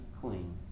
clean